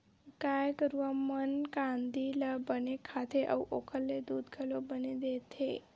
गाय गरूवा मन कांदी ल बने खाथे अउ ओखर ले दूद घलो बने देथे